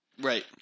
Right